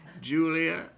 Julia